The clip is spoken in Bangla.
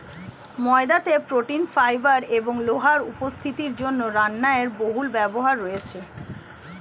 ময়দাতে প্রোটিন, ফাইবার এবং লোহার উপস্থিতির জন্য রান্নায় এর বহুল ব্যবহার রয়েছে